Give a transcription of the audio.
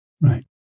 Right